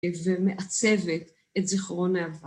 ומעצבת את זיכרון העבר.